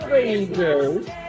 Rangers